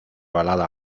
balada